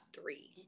three